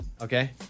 Okay